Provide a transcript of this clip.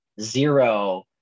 zero